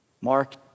Mark